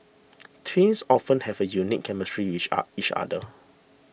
twins often have a unique chemistry with each other